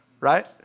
right